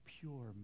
pure